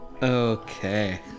Okay